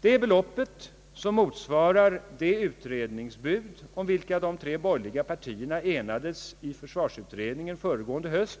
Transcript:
Det beloppet, som motsvarar de utredningsbud om vilka de tre borgerliga partierna enades i försvarsutredningen föregående höst,